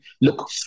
look